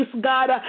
God